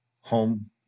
home